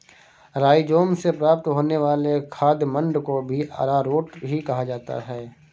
rhizome से प्राप्त होने वाले खाद्य मंड को भी अरारोट ही कहा जाता है